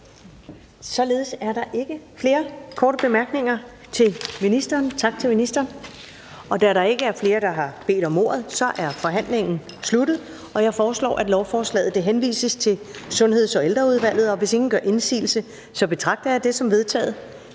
Således er der ikke flere korte bemærkninger til ministeren, så tak til ministeren. Da der ikke er flere, der har bedt om ordet, er forhandlingen sluttet. Jeg foreslår, at lovforslaget henvises til Sundheds- og Ældreudvalget. Hvis ingen gør indsigelse, betragter jeg det som vedtaget.